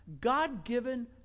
God-given